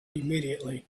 immediately